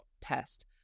test